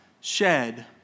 shed